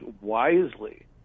wisely